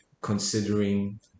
considering